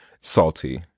salty